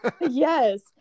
Yes